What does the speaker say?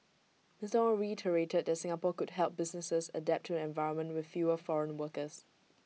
Mister Ong reiterated that Singapore could help businesses adapt to an environment with fewer foreign workers